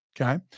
okay